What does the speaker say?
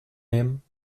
nehmen